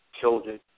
children